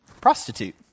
prostitute